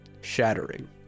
shattering